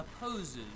opposes